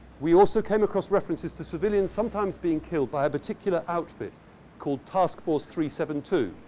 we also came across references to civilians sometimes being killed by a particular outfit called task force three seven two.